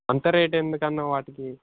అంత రేట్ ఎందుకన్న వాటికి